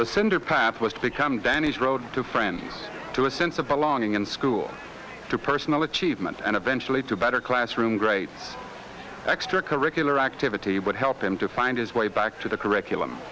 the cinder path was to come down his road to friends to a sense of belonging in school to personal achievement and eventually to better classroom great extracurricular activity would help him to find his way back to the curriculum